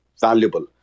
valuable